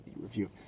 review